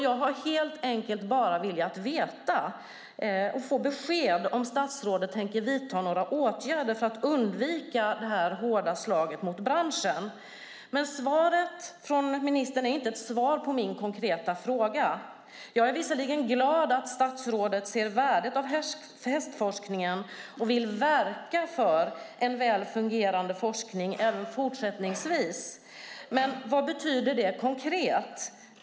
Jag har helt enkelt bara velat veta om statsrådet tänker vidta några åtgärder för att undvika det här hårda slaget mot branschen. Men svaret från ministern är inte ett svar på min konkreta fråga. Jag är visserligen glad att statsrådet ser värdet av hästforskningen och vill verka för en väl fungerande forskning även fortsättningsvis. Men vad betyder det konkret?